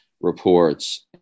reports